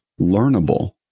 learnable